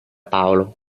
paolo